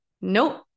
Nope